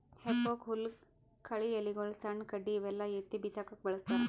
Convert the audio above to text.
ಹೆಫೋಕ್ ಹುಲ್ಲ್ ಕಳಿ ಎಲಿಗೊಳು ಸಣ್ಣ್ ಕಡ್ಡಿ ಇವೆಲ್ಲಾ ಎತ್ತಿ ಬಿಸಾಕಕ್ಕ್ ಬಳಸ್ತಾರ್